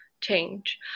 change